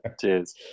Cheers